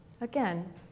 Again